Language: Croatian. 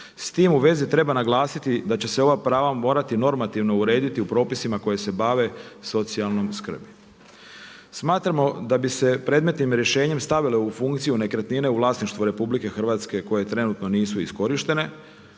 S time u vezi treba naglasiti da će se ova prava morati normativno urediti u propisima koji se bave socijalnom skrbi. Smatramo da bi se predmetnim rješenjem stavile u funkciju nekretnine u vlasništvu RH koje trenutno nisu iskorištene